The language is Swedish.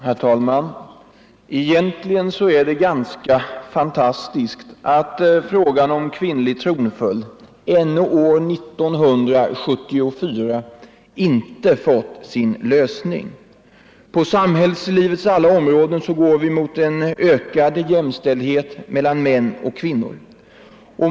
Herr talman! Egentligen är det fantastiskt att frågan om kvinnlig tronföljd ännu år 1974 inte fått sin lösning. På samhällslivets alla områden går vi mot en ökad jämställdhet mellan män och kvinnor.